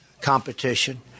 competition